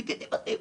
ניקיתי בתים.